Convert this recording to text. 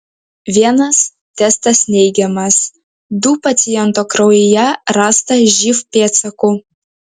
vienas testas neigiamas du paciento kraujyje rasta živ pėdsakų